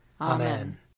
Amen